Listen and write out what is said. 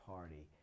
Party